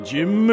Jim